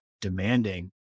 demanding